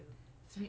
what